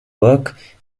work